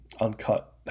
uncut